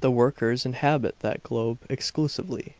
the workers inhabit that globe exclusively.